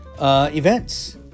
events